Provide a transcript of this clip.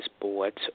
boards